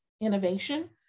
innovation